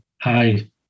hi